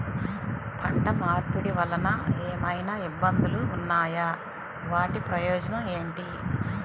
పంట మార్పిడి వలన ఏమయినా ఇబ్బందులు ఉన్నాయా వాటి ప్రయోజనం ఏంటి?